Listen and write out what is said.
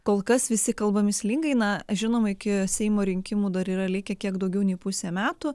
kol kas visi kalba mįslingai na žinoma iki seimo rinkimų dar yra likę kiek daugiau nei pusę metų